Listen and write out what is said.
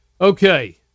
Okay